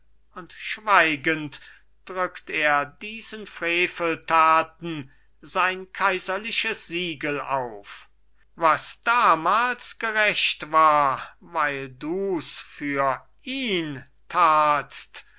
und schweigend drückt er diesen freveltaten sein kaiserliches siegel auf was damals gerecht war weil dus für ihn tatst